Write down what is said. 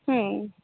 ಹ್ಞೂ